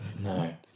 No